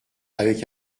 avec